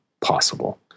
possible